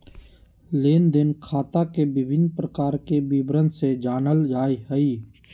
लेन देन खाता के विभिन्न प्रकार के विवरण से जानल जाय हइ